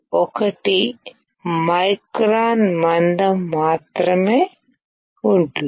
1 micron మందం మాత్రమే ఉంటుంది